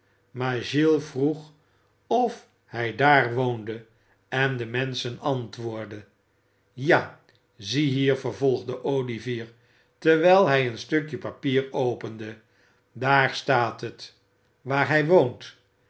giles vroeg of hij daar woonde en de menschen antwoordden ja ziehier vervolgde olivier terwijl hij een stukje papier opende daar staat het waar hij woont